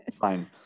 Fine